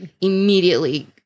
immediately